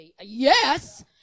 yes